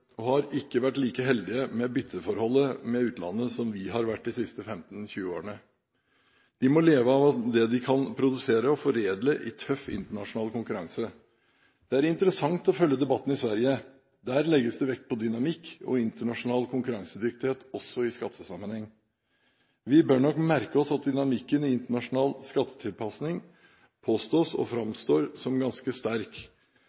og har ikke vært like heldig med bytteforholdet med utlandet som vi har vært de siste 15–20 årene. De må leve av det de kan produsere og foredle i tøff internasjonal konkurranse. Det er interessant å følge debatten i Sverige. Der legges det vekt på dynamikk og internasjonal konkurransedyktighet, også i skattesammenheng. Vi bør nok merke oss at dynamikken i internasjonal skattetilpasning påstås å være, og